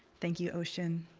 thank you, ocean.